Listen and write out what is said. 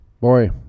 boy